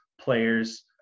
players